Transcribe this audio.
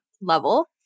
level